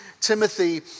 Timothy